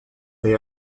they